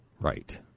Right